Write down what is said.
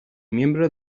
miembro